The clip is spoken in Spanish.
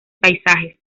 paisajes